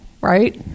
right